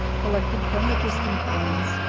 collected from the distant plains,